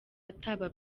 ataba